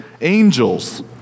angels